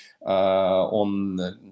on